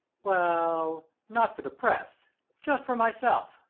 well not for the press just for myself,